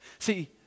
See